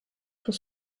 pour